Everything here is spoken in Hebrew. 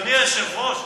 אדוני היושב-ראש,